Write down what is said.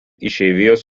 išeivijos